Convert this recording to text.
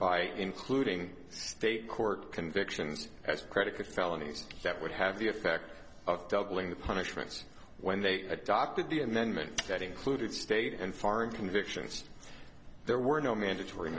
by including state court convictions as critical felonies that would have the effect of doubling the punishments when they adopted the amendment that included state and farm convictions there were no mandatory